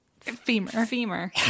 Femur